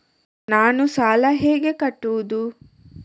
ನಾನು ಸಾಲ ಹೇಗೆ ಕಟ್ಟುವುದು?